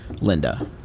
Linda